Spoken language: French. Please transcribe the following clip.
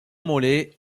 mollet